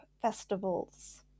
Festivals